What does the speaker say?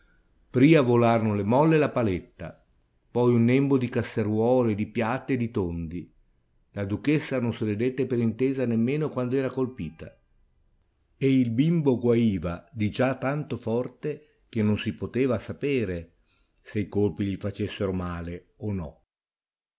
bambino pria volarono le molle e la paletta poi un nembo di casseruole di piatti e di tondi la duchessa non se ne dette per intesa nemmeno quando era colpita e il bimbo guaiva di già tanto forte che non si poteva sapere se i colpi gli facessero male o no